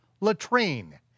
latrine